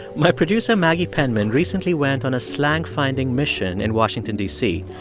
my producer, maggie penman, recently went on a slang finding mission in washington, d c.